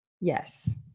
yes